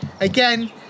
again